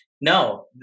No